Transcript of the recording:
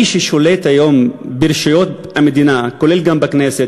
דהיינו, מה ששולט היום ברשויות המדינה, וגם בכנסת,